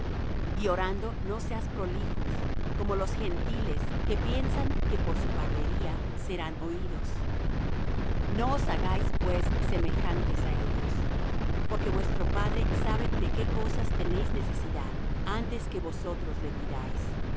y orando no seáis prolijos como los gentiles que piensan que por su parlería serán oídos no os hagáis pues semejantes á ellos porque vuestro padre sabe de qué cosas tenéis necesidad antes que vosotros le pidáis